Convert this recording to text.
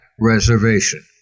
Reservation